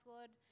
Lord